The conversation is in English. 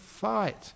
fight